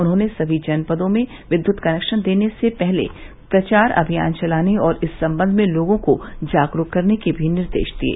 उन्होंने समी जनपदों में विद्यत कनेक्शन देने से पहले प्रचार अमियान चलाने और इस संबंध में लोगों को जागरूक करने के भी निर्देश दिये